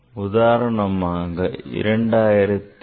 உதாரணமாக 2008